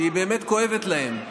שהיא באמת כואבת להם,